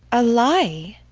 a lie?